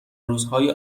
روزهای